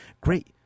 Great